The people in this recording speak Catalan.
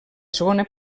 segona